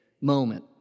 moment